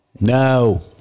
no